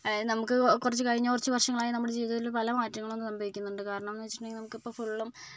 അതായത് നമുക്ക് കുറച്ച് കഴിഞ്ഞ് കുറച്ച് വർഷങ്ങളായി നമ്മുടെ ജീവിതത്തിൽ പല മാറ്റങ്ങളും സംഭവിക്കുന്നുണ്ട് കാരണമെന്ന് വെച്ചിട്ടുണ്ടെങ്കിൽ നമുക്ക് ഇപ്പം ഫുള്ളും